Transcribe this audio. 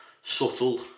subtle